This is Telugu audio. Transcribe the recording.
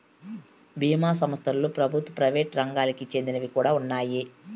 బీమా సంస్థలలో ప్రభుత్వ, ప్రైవేట్ రంగాలకి చెందినవి కూడా ఉన్నాయి